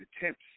attempts